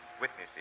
witnesses